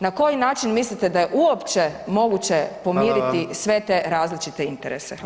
Na koji način mislite da je uopće moguće [[Upadica: Hvala vam.]] pomiriti sve te različite interese?